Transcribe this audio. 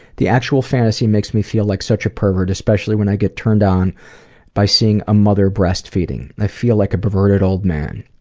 the actual fantasy makes me feel like such a pervert especially when i get turned on by seeing a mother breast-feeding. i feel like a perverted old man.